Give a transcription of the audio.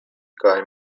kaj